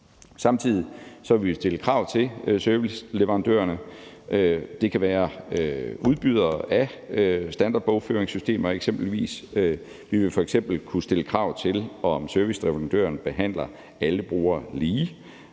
Samtidig vil vi stille krav til serviceleverandørerne. Det kan eksempelvis være udbydere af standardbogføringssystemer. Vi vil f.eks. kunne stille krav til, at serviceleverandøren behandler alle brugere lige.